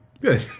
Good